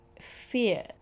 fear